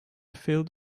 filled